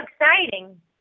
exciting